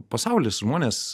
pasaulis žmonės